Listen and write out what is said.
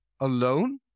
alone